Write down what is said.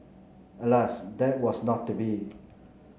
alas that was not to be